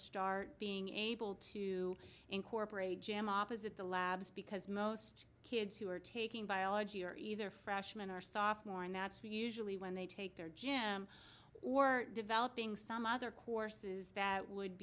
start being able to incorporate jam opposite the labs because most kids who are taking biology are either freshman or sophomore and that's what usually when they take their gym or developing some other courses that would